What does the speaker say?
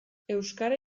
euskara